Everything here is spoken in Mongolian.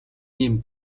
ийм